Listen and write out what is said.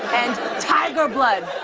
and tiger blood.